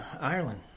Ireland